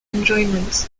enjoyment